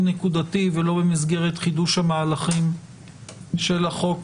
נקודתי ולא במסגרת חידוש המהלכים של החוק